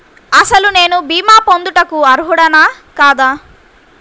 అసలు నేను భీమా పొందుటకు అర్హుడన కాదా?